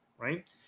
right